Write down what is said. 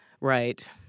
Right